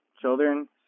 children